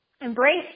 Embrace